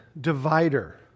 divider